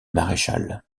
maréchal